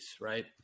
right